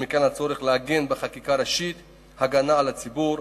ומכאן הצורך לעגן בחקיקה ראשית הגנה על הציבור.